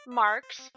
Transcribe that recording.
marks